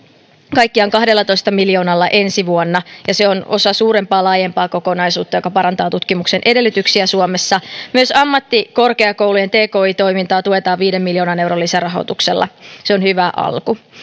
kaikkiaan kahdellatoista miljoonalla ensi vuonna ja se on osa suurempaa laajempaa kokonaisuutta joka parantaa tutkimuksen edellytyksiä suomessa myös ammattikorkeakoulujen tki toimintaa tuetaan viiden miljoonan euron lisärahoituksella se on hyvä alku